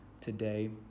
today